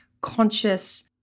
conscious